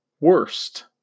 worst